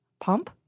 Pump